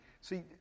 See